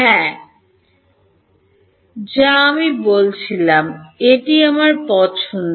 হ্যাঁ যা আমি বলেছিলাম এটি আমার পছন্দ